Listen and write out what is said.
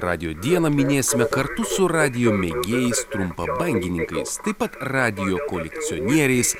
radijo dieną minėsime kartu su radijo mėgėjais trumpabangininkais taip pat radijo kolekcionieriais